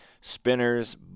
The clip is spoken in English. Spinners